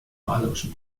malerischen